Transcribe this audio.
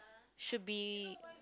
should be